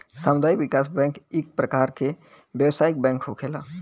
सामुदायिक विकास बैंक इक परकार के व्यवसायिक बैंक होखेला